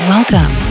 Welcome